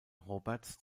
roberts